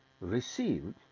received